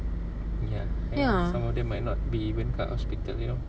ya then some of them might not be even kat hospital you know